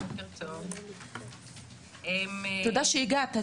תודה שהגעת,